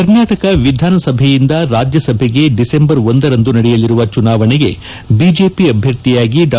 ಕರ್ನಾಟಕ ವಿಧಾನಸಭೆಯಿಂದ ರಾಜ್ಯಸಭೆಗೆ ಡಿಸೆಂಬರ್ ಒಂದರಂದು ನಡೆಯಲಿರುವ ಚುನಾವಣೆಗೆ ಬಿಜೆಪಿ ಅಭ್ಯರ್ಥಿಯಾಗಿ ಡಾ